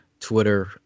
Twitter